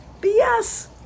BS